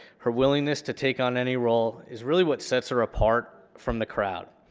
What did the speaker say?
her willingness to take on any role is really what sets her apart from the crowd.